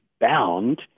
bound